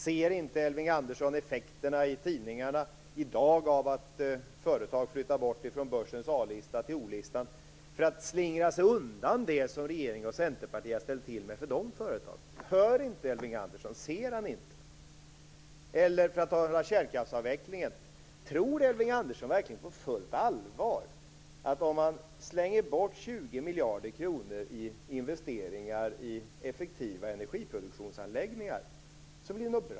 Ser inte Elving Andersson effekterna i tidningarna i dag av att företag flyttar bort ifrån börsens A-lista till O-listan för att slingra sig undan det som regeringen och Centerpartiet har ställt till med för dessa företag? Hör inte Elving Andersson? Ser han inte? Eller, för att ta upp kärnkraftsavvecklingen, tror Elving Andersson verkligen på fullt allvar att det blir något bra av att man slänger bort 20 miljarder kronor i investeringar i effektiva energiproduktionsanläggningar?